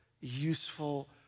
useful